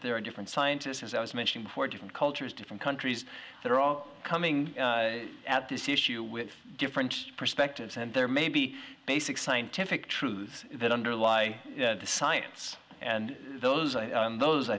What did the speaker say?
there are different scientists as i was mentioning before different cultures different countries that are all coming at this issue with different perspectives and there may be basic scientific truths that underlie the science and those are those i